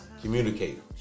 communicate